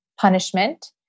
punishment